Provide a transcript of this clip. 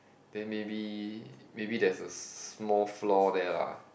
then maybe maybe there's a small flaw there lah